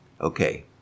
Okay